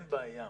אין בעיה.